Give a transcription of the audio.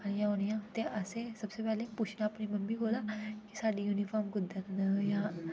आई औनियां ते असें सबसे पैह्लें पुच्छना अपनी मम्मी कोला की साढ़ी यूनिफॉर्म कुद्धर न जां